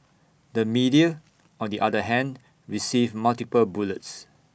the media on the other hand received multiple bullets